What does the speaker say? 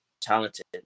talented